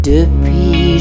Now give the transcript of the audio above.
Depuis